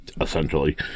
essentially